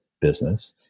business